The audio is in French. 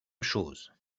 chose